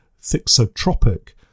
thixotropic